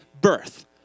birth